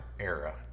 era